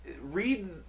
read